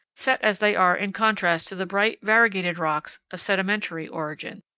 set as they are in contrast to the bright, variegated rocks of sedimentary origin.